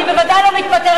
אני בוודאי לא מתפטרת.